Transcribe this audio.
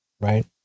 Right